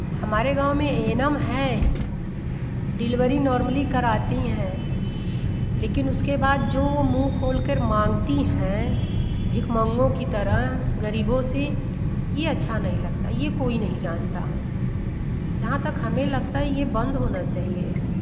हमारे गाँव में ए एन म है डिलवरी नॉर्मली करती हैं लेकिन उसके बाद जो मुँह खोल कर मांगती हैं भीखमंगों की तरह गरीबों से यह अच्छा नहीं लगता यह कोई नहीं जानता जहाँ तक हमें लगता है यह बंद होना चाहिए